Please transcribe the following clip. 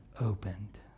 opened